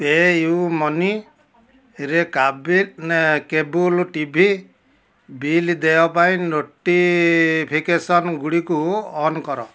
ପେୟୁମନିରେ cable ନା cable TV bill ଦେୟ ପାଇଁ ନୋଟିଫିକେସନଗୁଡ଼ିକୁ ଅନ୍ କର